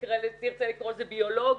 תרצה לקרוא לזה ביולוגית,